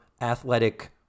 athletic